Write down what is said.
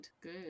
good